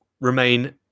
remain